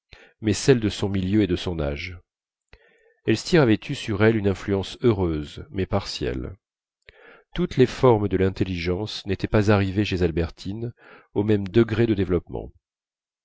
mais celle de son milieu et de son âge elstir avait eu sur elle une influence heureuse mais partielle toutes les formes de l'intelligence n'étaient pas arrivées chez albertine au même degré de développement